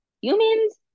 humans